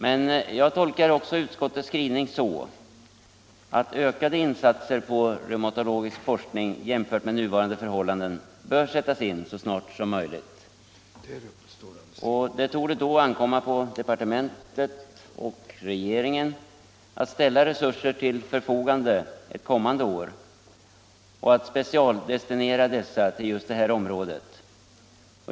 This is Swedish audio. Men jag tolkar utskottets skrivning så, att ökade insatser för reumatologisk forskning jämfört med nuvarande i förhållanden bör göras så snart som möjligt. Det torde då ankomma på departementet och regeringen att ställa resurser till förfogande ett kommande år och att specialdestinera dessa till just det här området.